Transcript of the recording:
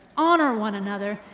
honor one another.